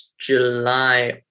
July